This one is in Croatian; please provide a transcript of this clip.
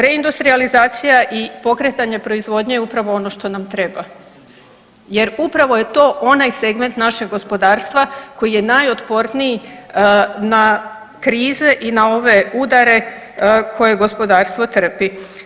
Reindustrijalizacija i pokretanje proizvodnje je upravo ono što nam treba jer upravo je to onaj segment našeg gospodarstva koji je najotporniji na krize i na ove udare koje gospodarstvo trpi.